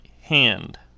hand